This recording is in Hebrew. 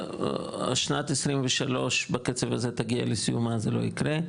שנת 2023 בקצב הזה תגיע לסיומה, זה לא יקרה.